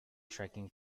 trekking